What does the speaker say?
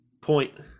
point